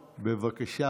בבקשה,